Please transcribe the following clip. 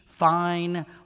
fine